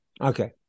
Okay